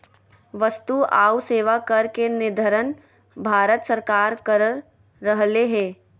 वस्तु आऊ सेवा कर के निर्धारण भारत सरकार कर रहले हें